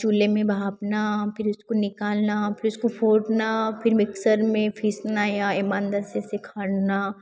चूल्हें में भाँपना फिर उसको निकालना फिर उसको फोड़ना फिर मिक्सर में पीसना या इमामदस्ते से खारना